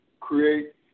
create